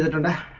and